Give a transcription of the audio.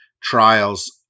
trials